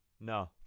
No